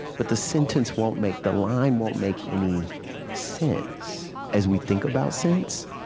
but the sentence won't make the line won't make any sense as we think about sense.